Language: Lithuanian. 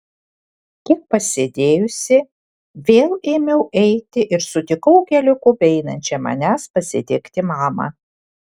kiek pasėdėjusi vėl ėmiau eiti ir sutikau keliuku beeinančią manęs pasitikti mamą